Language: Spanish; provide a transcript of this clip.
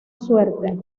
suerte